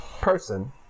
person